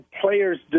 players